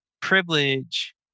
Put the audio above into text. privilege